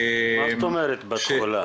מה זאת אומרת בתחולה?